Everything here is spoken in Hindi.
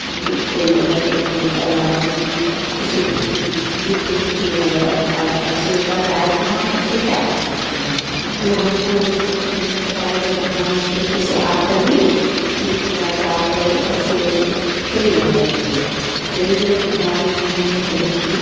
दूँ कोई अगर बगीचा लगाए तो उसमें उससे पूछेंगे कि ये पेड़ जो है ऐसे कर रहा है तो हम उसे क्या कर सकते हैं तो हमको उसकी तकनीक बताएगा कि हाँ इस तरिके से आप करिए फिर उसके बाद आप ऐसे सही हो जाएगा पेड़ पेड़ हमारे जीवन में बहुत ही